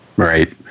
Right